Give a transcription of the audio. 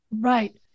Right